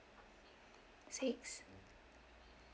six